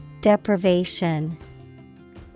Deprivation